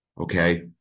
Okay